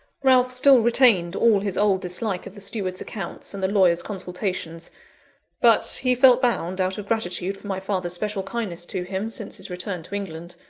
ralph still retained all his old dislike of the steward's accounts and the lawyer's consultations but he felt bound, out of gratitude for my father's special kindness to him since his return to england,